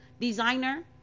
designer